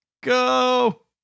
Go